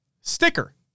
sticker